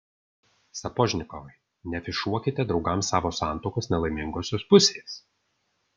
sapožnikovai neafišuokite draugams savo santuokos nelaimingosios pusės